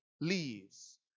leaves